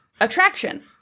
attraction